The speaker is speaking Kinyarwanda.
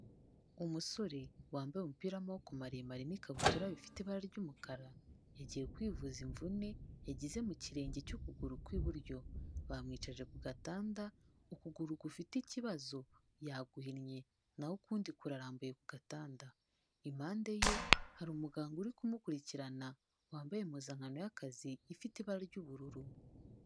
Umusore wambaye umupira w'amaboko maremare n'ikabutura bifite ibara ry'umukara, yagiye kwivuza imvune yagize mu kirenge cy'ukuguru kw'iburyo, bamwicaje ku gatanda ukuguru gufite ikibazo yaguhinnnye na ho ukundi kurarambuye ku gatanda. Impande ye hari umuganga uri kumukurikirana wambaye impuzankano y'akazi ifite ibara ry'ubururu.